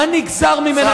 מה נגזר ממנה,